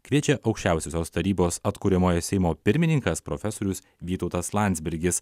kviečia aukščiausiosios tarybos atkuriamojo seimo pirmininkas profesorius vytautas landsbergis